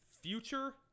future